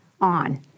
on